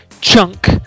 chunk